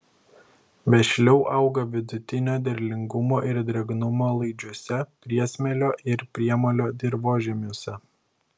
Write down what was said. vešliau auga vidutinio derlingumo ir drėgnumo laidžiuose priesmėlio ir priemolio dirvožemiuose